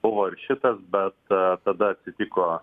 buvo ir šitas bet tada atsitiko